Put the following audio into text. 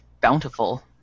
bountiful